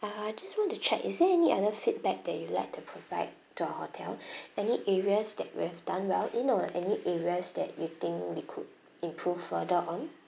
uh just want to check is there any other feedback that you'd like to provide to our hotel any areas that we have done well in or any areas that you think we could improve further on